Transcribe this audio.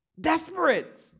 desperate